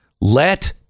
Let